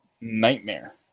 nightmare